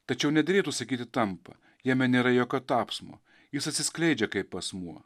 tačiau nederėtų sakyti tampa jame nėra jokio tapsmo jis atsiskleidžia kaip asmuo